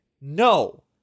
No